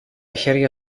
χέρια